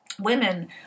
women